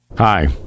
Hi